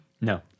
No